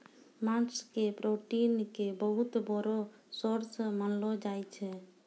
मांस के प्रोटीन के बहुत बड़ो सोर्स मानलो जाय छै